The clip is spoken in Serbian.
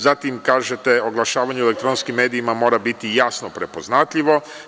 Zatim kažete – oglašavanje u elektronskim medijima mora biti jasno prepoznatljivo.